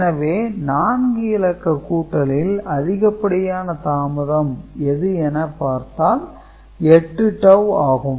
எனவே 4 இலக்க கூட்டலில் அதிகபடியான தாமதம் எது என பார்த்தால் 8 டவூ ஆகும்